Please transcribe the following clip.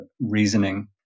reasoning